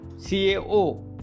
CaO